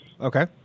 Okay